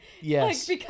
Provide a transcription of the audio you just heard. Yes